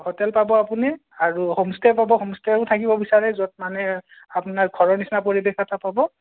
hotel পাব আপুনি আৰু হোম ষ্টে পাব হোম ষ্টেও থাকিব বিচাৰে য'ত মানে আপোনাৰ ঘৰৰ নিচিনা পৰিৱেশ এটা পাব